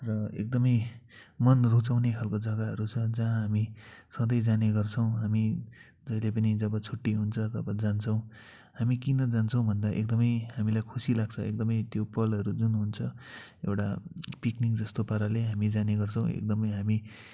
र एकदमै मन रुचाउने खालको जग्गाहरू छ जहाँ हामी सधैँ जाने गर्छौँ हामी जहिले पनि जब छुट्टी हुन्छ तब जान्छौँ हामी किन जान्छौँ भन्दा एकदमै हामीलाई खुसी लाग्छ एकदमै त्यो पलहरू जुन हुन्छ एउटा पिकनिक जस्तो पाराले हामी जाने गर्छौँ एकदमै हामी